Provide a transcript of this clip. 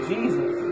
Jesus